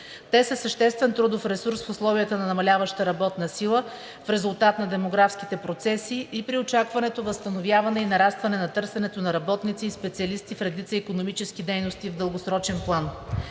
Те са съществен трудов ресурс в условията на намаляваща работна сила в резултат на демографските процеси и при очакваното възстановяване и нарастване на търсенето на работници и специалисти в редица икономически дейности в дългосрочен план.